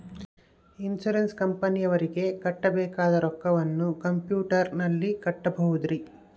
Insurance ಕಂಪನಿಯವರಿಗೆ ಕಟ್ಟಬೇಕಾದ ರೊಕ್ಕವನ್ನು ಕಂಪ್ಯೂಟರನಲ್ಲಿ ಕಟ್ಟಬಹುದ್ರಿ?